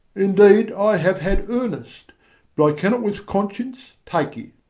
indeed, i have had earnest but i cannot with conscience take it.